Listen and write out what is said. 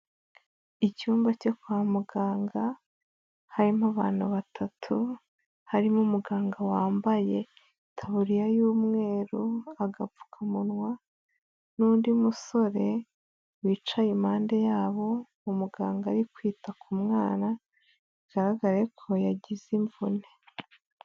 Icyumba cyo kwa muganga harimo abantu batatu, harimo umuganga wambaye itaburiya y'umweru, agapfukamunwa n'undi musore wicaye impande yabo, umuganga ari kwita ku mwana bigaragare ko yagize imvune.